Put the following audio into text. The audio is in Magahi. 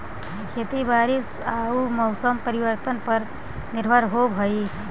खेती बारिश आऊ मौसम परिवर्तन पर निर्भर होव हई